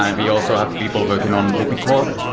and we also have people working on ruby core,